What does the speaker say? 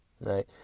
right